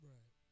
Right